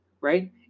right